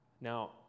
Now